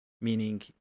Meaning